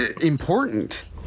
important